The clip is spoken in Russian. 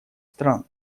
стран